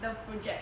the project